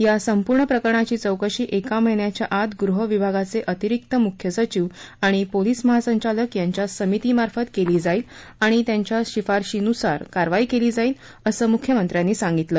या संपूर्ण प्रकरणाची चौकशी एका महिन्याच्या आत गृह विभागाचे अतिरिक्त मुख्य सचिव आणि पोलीस महासंचालक यांच्या समितीमार्फत केली जाईल आणि त्यांच्या शिफारसीनुसार कारवाई केली जाईल असं मुख्यमंत्र्यांनी सांगितलं